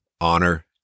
honor